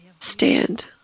Stand